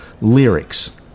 lyrics